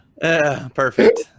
Perfect